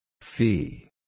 Fee